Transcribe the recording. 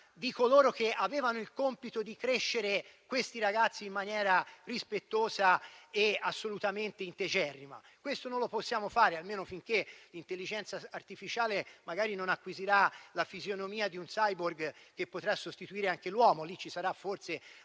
di coloro che avevano il compito di crescere questi ragazzi in maniera rispettosa e assolutamente integerrima. Questo non lo possiamo fare almeno finché l'intelligenza artificiale non acquisirà la fisionomia di un *cyborg* che potrà sostituire anche l'uomo. Lì ci sarà forse